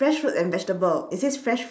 fresh fruit and vegetable it says fresh